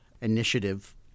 initiative